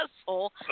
asshole